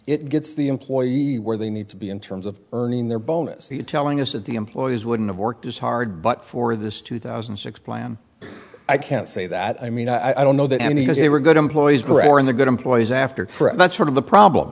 it gets the employee where they need to be in terms of earning their bonus he telling us that the employees wouldn't have worked as hard but for this two thousand and six plan i can't say that i mean i don't know that any because they were good employees before in the good employees after that's sort of the problem